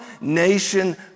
nation